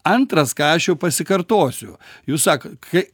antras ką aš jau pasikartosiu jūs sakot kai